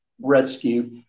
rescue